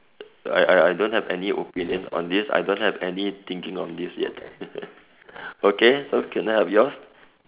I I I don't have any opinion on this I don't have any thinking on this yet okay so can I have yours